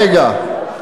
רגע.